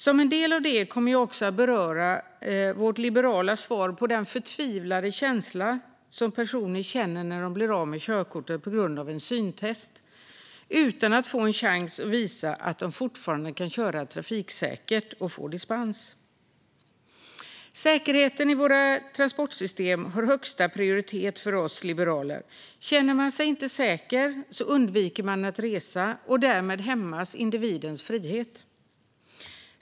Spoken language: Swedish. Som en del av detta kommer jag också att beröra vårt liberala svar på den förtvivlade känsla som personer känner som blir av med körkortet på grund av ett syntest, utan att få en chans att visa att de fortfarande kan köra trafiksäkert och få dispens. Säkerheten i våra transportsystem har högsta prioritet för oss liberaler. Känner man sig inte säker undviker man att resa, och därmed hämmas individens frihet.